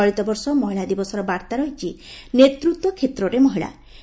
ଚଳିତ ବର୍ଷ ମହିଳା ଦିବସର ବାର୍ତା ରହିଛି ନେତୃତ୍ୱ କ୍ଷେତ୍ରରେ ମହିଳା